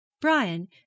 Brian